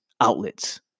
outlets